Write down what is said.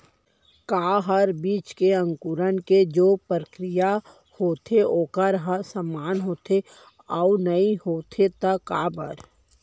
का हर बीज के अंकुरण के जोन प्रक्रिया होथे वोकर ह समान होथे, अऊ नहीं होथे ता काबर?